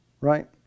Right